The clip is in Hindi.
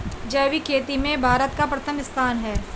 जैविक खेती में भारत का प्रथम स्थान है